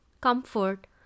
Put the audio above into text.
comfort